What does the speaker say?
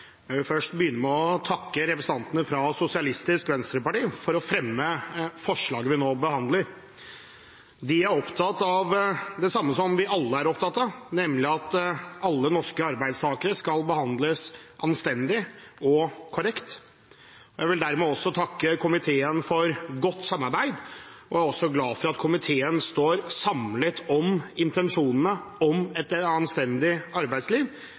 med å takke representantene fra SV for å fremme forslaget vi nå behandler. De er opptatt av det samme som vi alle er opptatt av, nemlig at alle norske arbeidstakere skal behandles anstendig og korrekt. Jeg vil også takke komiteen for godt samarbeid, og jeg er glad for at komiteen står samlet om intensjonene om et anstendig arbeidsliv,